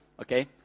Okay